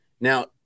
Now